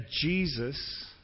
Jesus